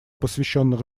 посвященных